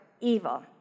evil